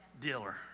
dealer